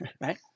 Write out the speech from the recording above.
Right